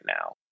now